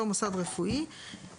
הוא לא מספיק טוב.